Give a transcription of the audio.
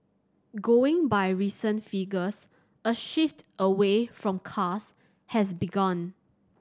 going by recent figures a shift away from cars has begun